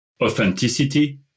Authenticity